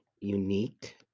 unique